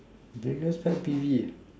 Vegas IBV